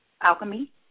alchemy